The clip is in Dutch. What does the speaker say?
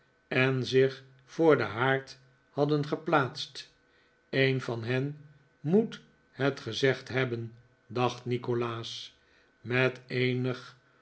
en zich voor den haard hadden geplaatst een van hen moet het gezegd hebben dacht nikolaas met eenig